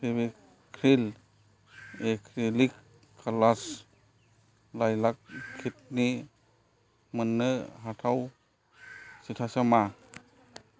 Fevicryl acrylic colours लायलाक kit नि मोन्नो हाथाव स्टेटासा मा